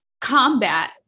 combat